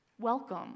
welcome